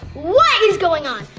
what is going on?